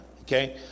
Okay